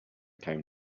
came